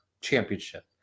Championship